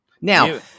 Now